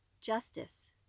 justice